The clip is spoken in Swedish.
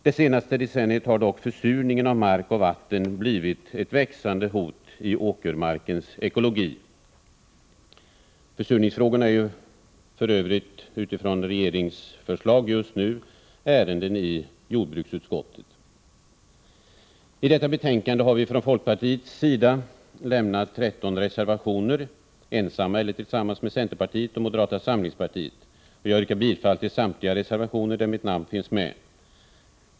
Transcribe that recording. Det senaste decenniet har dock försurningen av mark och vatten blivit ett växande hot i åkermarkens ekologi. Försurningsfrågorna behandlas för övrigt nu av jordbruksutskottet med anledning av regeringens förslag. I detta betänkande har vi från folkpartiets sida lämnat 13 reservationer, ensamma eller tillsammans med centerpartiet och moderata samlingspartiet. Jag yrkar bifall till samtliga reservationer där mitt namn finns med.